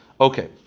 Okay